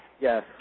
Yes